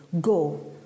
Go